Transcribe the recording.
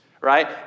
right